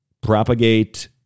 propagate